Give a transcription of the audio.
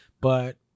but-